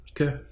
Okay